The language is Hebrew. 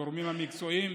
הגורמים המקצועיים,